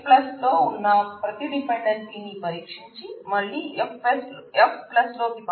F లో ఉన్న ప్రతి డిపెండెన్సీ ని పరీక్షించి మళ్ళీ F లోకి పంపించడం జరుగుతుంది